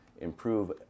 improve